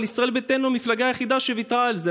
אבל ישראל ביתנו היא המפלגה היחידה שוויתרה על זה,